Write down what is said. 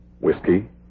Whiskey